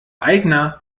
aigner